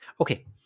okay